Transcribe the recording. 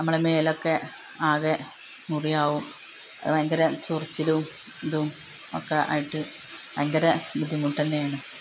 ഞമ്മളെ മേലൊക്കെ ആകെ മുറിയാകും ഭയങ്കര ചൊറിച്ചിലും ഇതും ഒക്കെ ആയിട്ട് ഭയങ്കര ബുദ്ധിമുട്ടുതന്നെയണ്